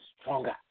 stronger